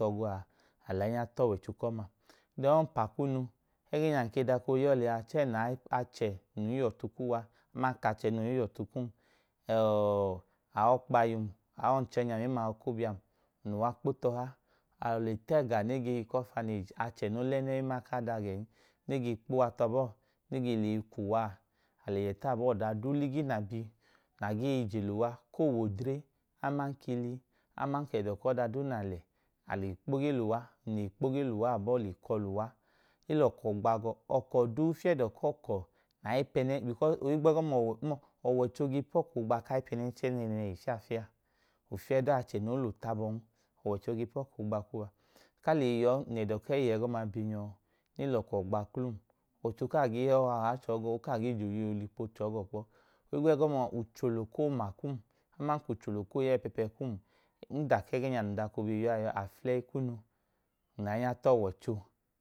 Al’aniya t’ọwọicho kọma. Dẹn ọmpa kum ẹgẹnya nd’ọko yọọ lẹya chẹ achẹ n n y’ihotu kuwa aman k’achẹ nu y’ihotu kum aọkpa iyum aọnchẹnyan mema. Okobiam, nl’uwa kpotọha, alọ le t’ega ne ga hi k’orphanage, achẹ no lẹnẹ aman kada gẹn ne gee kpuwa tabọọ nege lei kuwaa, ale yẹ taabọọ ọdaduu ligi na bi agee je luwa koo w’odre, aman kili aman edọ k’ọda duu na le, ale kpogeluwa nle kpo geluwa abọọ le kọ luwa el’ọkọ gbo gọọ, ọkọ duu fiedọ kọkọ nai pene mọọ ọwọicho ge pọọkọ kai pẹnẹnchẹ nẹnẹhi fiafia ofeidu achẹ no l’otabọn ọwọichọ ge pọọkọ oogba kuwa. Nkaleyi yọọ nl’edo eeye ẹgọma binyọ ne l’ọkọ gbaklum ọwọicho kaa ge họha ọha chọọ gọọ okaa gee joyei olokpo tọọ gọọ kpọ. Hugbẹgọmaa uchulo koomakum aman k’uchulo ya ẹpẹpẹ kum nda kẹgẹẹnya num da ko bẹ yọọ a afulẹyi kunu, nlainya t’ọwọicho.